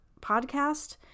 podcast